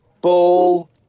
Ball